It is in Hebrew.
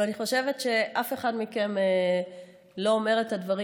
ואני חושבת שאף אחד מכם לא אומר את הדברים